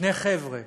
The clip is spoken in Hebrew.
שני חבר'ה